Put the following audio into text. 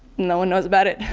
no one knows about it,